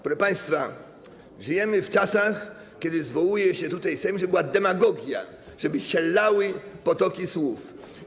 Proszę państwa, żyjemy w czasach, kiedy zwołuje się Sejm, żeby była demagogia, żeby się lały potoki słów.